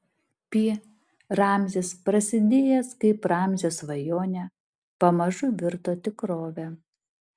pi ramzis prasidėjęs kaip ramzio svajonė pamažu virto tikrove